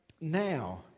now